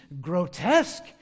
grotesque